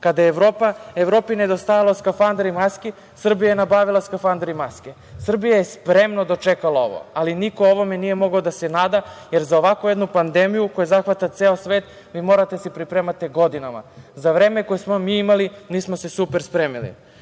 Kada je Evropi nedostajalo skafandera i maski, Srbija je nabavila skafandere i maske. Srbija je spremno dočekala ovo, ali niko ovome nije mogao da se nada, jer ovako za ovu jednu pandemiju koja zahvata ceo svet vi morate da se pripremate godinama. Za vreme koje smo mi imali, mi smo se super spremili. Moram